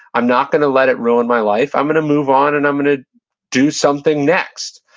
i'm not going to let it ruin my life. i'm going to move on, and i'm going to do something next.